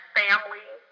family